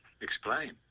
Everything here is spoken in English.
Explain